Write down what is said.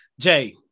Jay